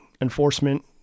enforcement